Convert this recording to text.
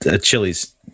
chilies